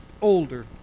older